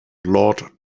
lord